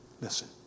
Listen